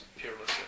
peerless